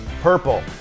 Purple